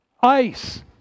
ice